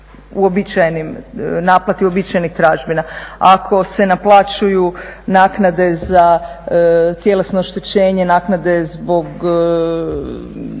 je riječ o naplati uobičajenih tražbina. Ako se naplaćuju naknade za tjelesno oštećenje, naknade zbog